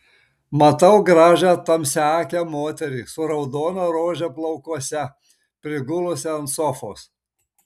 matau gražią tamsiaakę moterį su raudona rože plaukuose prigulusią ant sofos